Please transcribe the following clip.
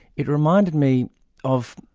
it reminded me of,